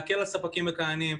להקל על ספקים מכהנים,